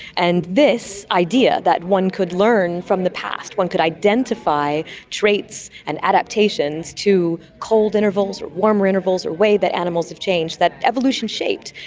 and this idea that one could learn from the past, one could identify traits and adaptations to cold intervals or warmer intervals or ways that animals have changed that evolution shaped,